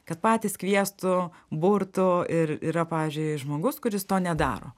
kad patys kviestų burtų ir yra pavyzdžiui žmogus kuris to nedaro